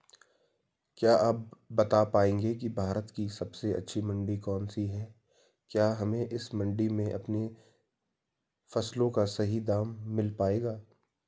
क्या आप बताना पाएंगे कि भारत की सबसे अच्छी मंडी कौन सी है क्या हमें इस मंडी में अपनी फसलों का सही दाम मिल पायेगा?